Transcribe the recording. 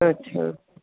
अच्छा